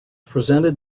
presented